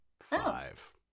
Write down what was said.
Five